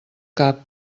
cap